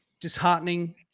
disheartening